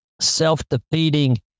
self-defeating